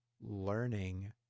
learning